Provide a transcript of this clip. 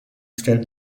stellen